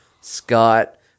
Scott